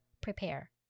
prepare